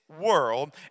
world